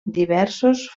diversos